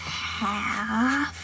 half